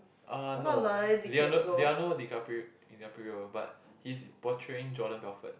uh no Leonardo-DiCaprio but he's portraying Jordan-Belfort